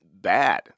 bad